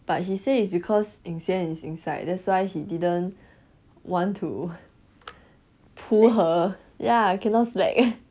but he say is because ying xian is inside that's why he didn't want to pull her ya cannot slack